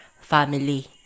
family